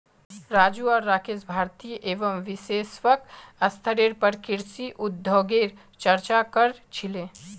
राजू आर राकेश भारतीय एवं वैश्विक स्तरेर पर कृषि उद्योगगेर चर्चा क र छीले